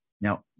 Now